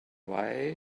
why